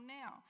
now